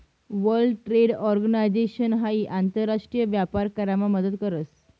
world trade organisation हाई आंतर राष्ट्रीय व्यापार करामा मदत करस